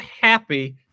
happy